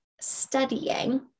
studying